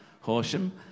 Horsham